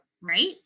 Right